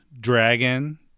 dragon